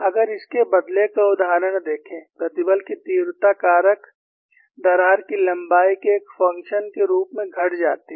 अगर इसके बदले का उदाहरण देखें प्रतिबल की तीव्रता कारक दरार की लंबाई के एक फंक्शन के रूप में घट जाती है